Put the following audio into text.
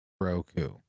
roku